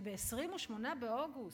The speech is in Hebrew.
שב-28 באוגוסט,